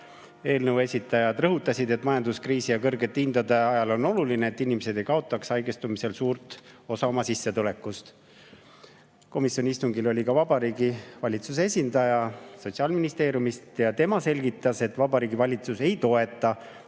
Eelnõu esitajad rõhutasid, et majanduskriisi ja kõrgete hindade ajal on oluline, et inimesed ei kaotaks haigestumise korral suurt osa oma sissetulekust. Komisjoni istungil oli ka Vabariigi Valitsuse esindaja Sotsiaalministeeriumist ja tema selgitas, et Vabariigi Valitsus ei toeta